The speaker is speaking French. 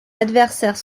adversaire